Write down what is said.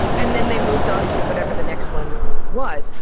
and then they moved on to whatever the next one was.